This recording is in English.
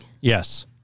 Yes